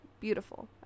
Beautiful